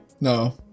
No